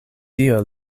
dio